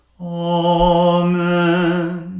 Amen